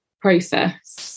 process